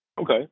Okay